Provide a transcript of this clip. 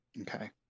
okay